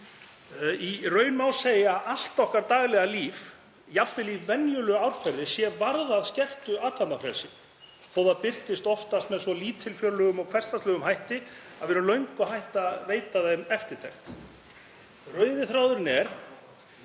Í raun má segja að allt okkar daglega líf, jafnvel í venjulegu árferði, sé varðað skertu athafnafrelsi þó að það birtist oftast með svo lítilfjörlegum og hversdagslegum hætti að við erum löngu hætt að veita því eftirtekt. Rauði þráðurinn er